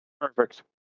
Perfect